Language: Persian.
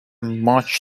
ماچ